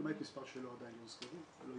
למעט מספר שעדיין לא נסגרו,